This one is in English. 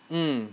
mm